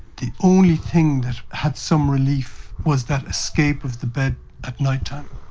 the only thing that had some relief was that escape of the bed at night time.